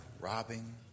robbing